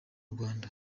rwanda